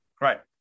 Right